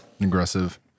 Aggressive